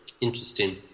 interesting